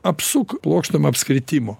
apsuk plokštumą apskritimu